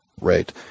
Right